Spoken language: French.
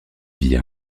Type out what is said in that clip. via